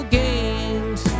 games